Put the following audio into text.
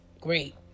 great